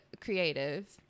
creative